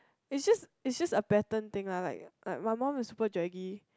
it just it just a pattern thing lah like my mum is super draggy